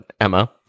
Emma